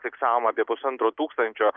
fiksavom apie pusantro tūkstančio